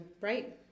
right